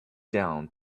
down